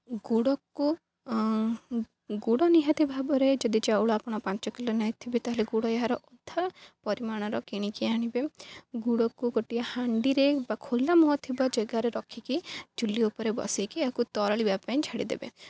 ଗୁଡ଼କୁ ଗୁଡ଼ ନିହାତି ଭାବରେ ଯଦି ଚାଉଳ ଆପଣ ପାଞ୍ଚ କିଲୋ ନେଇଥିବେ ତା'ହେଲେ ଗୁଡ଼ ଏହାର ଅଧା ପରିମାଣର କିଣିକି ଆଣିବେ ଗୁଡ଼କୁ ଗୋଟିଏ ହାଣ୍ଡିରେ ବା ଖୋଲା ମୁହ ଥିବା ଜାଗାରେ ରଖିକି ଚୁଲି ଉପରେ ବସାଇକି ଏହାକୁ ତରଳିବା ପାଇଁ ଛାଡ଼ିଦେବେ